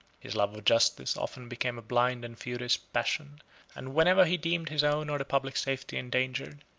his love of justice often became a blind and furious passion and whenever he deemed his own or the public safety endangered,